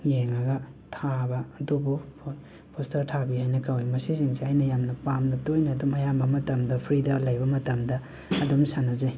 ꯌꯦꯡꯉꯒ ꯊꯥꯕ ꯑꯗꯨꯕꯨ ꯄꯣꯁꯇꯔ ꯊꯥꯕꯤ ꯍꯥꯏꯅ ꯀꯧꯋꯦ ꯃꯁꯤꯁꯤꯡꯁꯦ ꯑꯩꯅ ꯌꯥꯝꯅ ꯄꯥꯝꯅ ꯇꯣꯏꯅ ꯑꯗꯨꯝ ꯑꯌꯥꯝꯕ ꯃꯇꯝꯗ ꯐ꯭ꯔꯗ ꯂꯩꯕ ꯃꯇꯝꯗ ꯑꯗꯨꯝ ꯁꯥꯅꯖꯩ